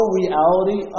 reality